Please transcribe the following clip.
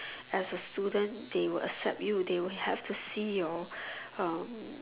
as a student they will accept you they will have to see your um